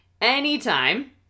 anytime